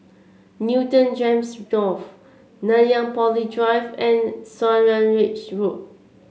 Newton Gems North Nanyang Poly Drive and Swanage Road